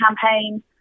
campaign